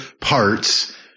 parts